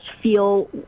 feel